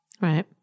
Right